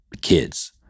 kids